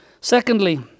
Secondly